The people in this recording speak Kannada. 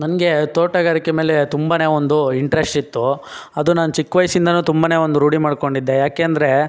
ನನಗೆ ತೋಟಗಾರಿಕೆ ಮೇಲೆ ತುಂಬನೇ ಒಂದು ಇಂಟರೆಸ್ಟ್ ಇತ್ತು ಅದು ನಾನು ಚಿಕ್ಕ ವಯಸ್ಸಿಂದಲೂ ತುಂಬನೇ ಒಂದು ರೂಢಿ ಮಾಡ್ಕೊಂಡಿದ್ದೆ ಏಕೆಂದ್ರೆ